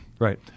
right